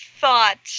thought